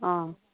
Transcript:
অঁ